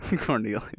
Cornelius